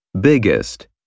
Biggest